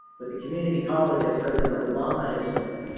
but the community college as president obama has said,